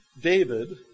David